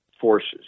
Forces